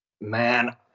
Man